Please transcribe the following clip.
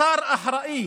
השר האחראי